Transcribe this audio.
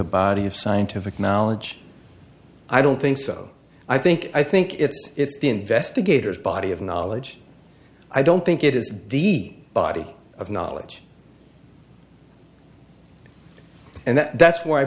a body of scientific knowledge i don't think so i think i think it's the investigators body of knowledge i don't think it is the body of knowledge and that's why i